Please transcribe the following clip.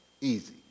easy